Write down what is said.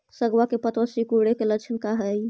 सगवा के पत्तवा सिकुड़े के लक्षण का हाई?